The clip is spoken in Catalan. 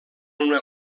una